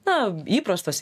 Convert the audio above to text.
na įprastos